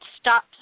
stop